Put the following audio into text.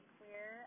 clear